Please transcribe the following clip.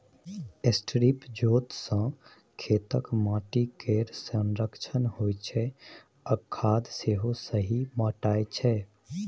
strip जोत सँ खेतक माटि केर संरक्षण होइ छै आ खाद सेहो सही बटाइ छै